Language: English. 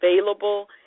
available